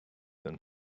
than